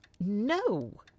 No